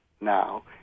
now